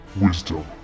wisdom